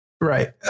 right